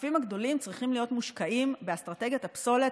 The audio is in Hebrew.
הכספים הגדולים צריכים להיות מושקעים באסטרטגיית הפסולת,